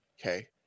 okay